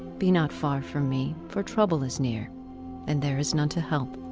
be not far from me, for trouble is near and there is none to help.